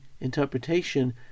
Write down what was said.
interpretation